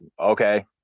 Okay